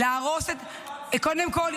את זוכרת מה אתם עשיתם לבנט --- קודם כול,